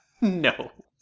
no